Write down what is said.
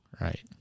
right